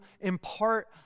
impart